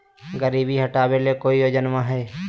गरीबी हटबे ले कोई योजनामा हय?